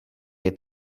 het